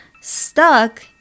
stuck